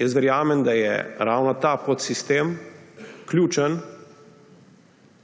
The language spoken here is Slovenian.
Jaz verjamem, da je ravno ta podsistem ključen